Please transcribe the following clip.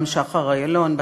וגם שחר איילון,